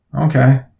Okay